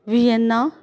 Vienna